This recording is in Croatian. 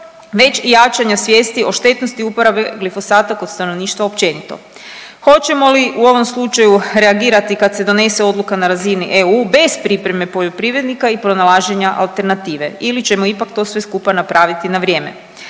već i jačanja svijesti o štetnosti uporabe glifosata kod stanovništva općenito. Hoćemo li u ovom slučaju reagirati kad se donese odluka na razini EU bez pripreme poljoprivrednika i pronalaženja alternative ili ćemo ipak to sve skupa napraviti na vrijeme?